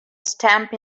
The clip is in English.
stamp